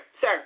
Sir